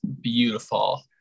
beautiful